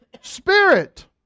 Spirit